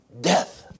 Death